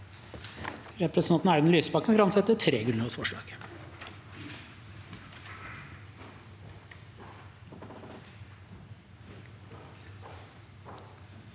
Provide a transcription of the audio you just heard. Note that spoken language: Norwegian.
Representanten Audun Lysbakken vil framsette tre grunnlovsforslag.